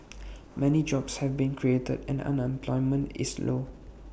many jobs have been created and unemployment is low